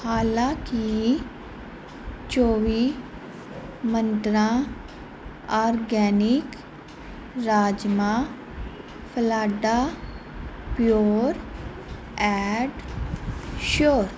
ਹਾਲਾਂਕੀ ਚੌਵੀ ਮੰਤਰਾਂ ਆਰਗੈਨਿਕ ਰਾਜਮਾ ਫਾਲਾਡਾ ਪਿਓਰ ਐਂਡ ਸ਼ਿਓਰ